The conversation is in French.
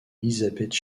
élisabeth